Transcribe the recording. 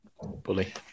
Bully